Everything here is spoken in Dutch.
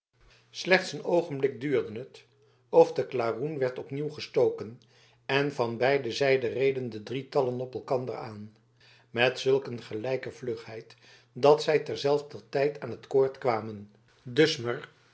slechts een oogenblik duurde het of de klaroen werd opnieuw gestoken en van beide zijden reden de drietallen op elkander aan met zulk een gelijke vlugheid dat zij ter zelfder tijd aan het koord kwamen dusmer